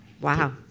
Wow